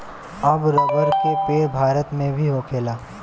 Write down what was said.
अब रबर के पेड़ भारत मे भी होखेला